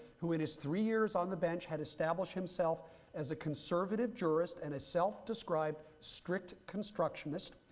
who in his three years on the bench had established himself as a conservative jurist and a self-described strict constructionist.